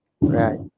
Right